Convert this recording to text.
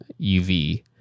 UV